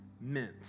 meant